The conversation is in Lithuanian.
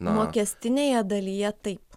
mokestinėje dalyje taip